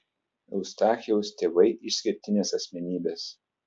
eustachijaus tėvai išskirtinės asmenybės